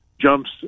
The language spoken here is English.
jumps